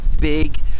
big